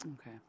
Okay